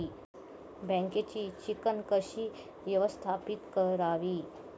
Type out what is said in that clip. बँकेची चिकण कशी व्यवस्थापित करावी?